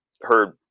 heard